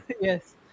Yes